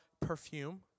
perfume